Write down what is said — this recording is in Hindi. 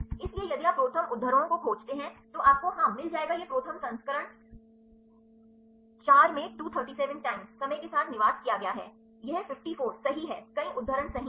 इसलिए यदि आप ProTherm उद्धरणों को खोजते हैं तो आपको हाँ मिल जाएगा यह ProTherm संस्करण ४ में २३ times समय के साथ निवास किया गया है ये ५४ यह ५४ सही है कई उद्धरण सही हैं